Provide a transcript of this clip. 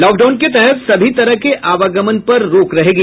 lock down के तहत सभी तरह के आवागमन पर रोक रहेगी